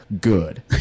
good